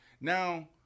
Now